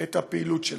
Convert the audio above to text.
את הפעילות שלהם.